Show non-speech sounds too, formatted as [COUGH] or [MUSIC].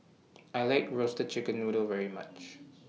[NOISE] I like Roasted Chicken Noodle very much